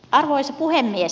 arvoisa puhemies